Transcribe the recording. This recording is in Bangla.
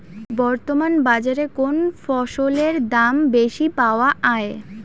বর্তমান বাজারে কোন ফসলের দাম বেশি পাওয়া য়ায়?